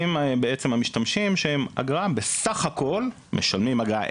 בעצם המשתמשים שהם אגרה של בסך הכל משלמים אגרה,